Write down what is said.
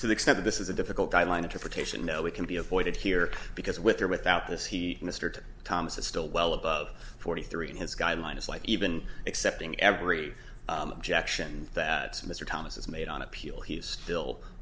to the extent of this is a difficult guideline interpretation know it can be avoided here because with or without this he mr to thomas is still well above forty three and his guideline is like even accepting every action that mr thomas has made on appeal he is still